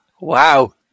Wow